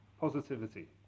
Positivity